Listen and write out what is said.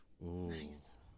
Nice